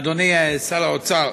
אדוני שר האוצר,